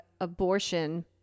abortion